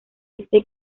este